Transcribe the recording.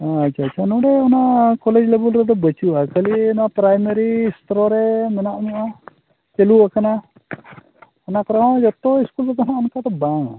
ᱟᱪᱪᱷᱟ ᱟᱪᱪᱷᱟ ᱱᱚᱰᱮ ᱚᱱᱟ ᱠᱚᱞᱮᱡᱽ ᱞᱮᱵᱷᱮᱞ ᱨᱮᱫᱚ ᱵᱟᱹᱪᱩᱜᱼᱟ ᱠᱷᱟᱹᱞᱤ ᱱᱚᱣᱟ ᱯᱨᱟᱭᱢᱟᱹᱨᱤ ᱤᱥᱛᱚᱨ ᱨᱮ ᱢᱮᱱᱟᱜ ᱧᱚᱜᱼᱟ ᱪᱟᱹᱞᱩᱣ ᱟᱠᱟᱱᱟ ᱚᱱᱟ ᱠᱚᱨᱮ ᱚᱸ ᱡᱚᱛᱚ ᱥᱠᱩᱞ ᱠᱚᱦᱚᱸ ᱚᱱᱠᱟ ᱫᱚ ᱵᱟᱝᱼᱟ